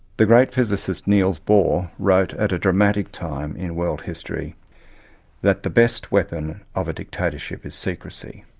the great physicist niels bohr wrote at a dramatic time in world history that the best weapon of a dictatorship is secrecy,